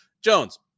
Jones